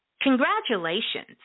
congratulations